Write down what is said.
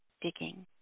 digging